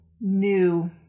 new